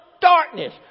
darkness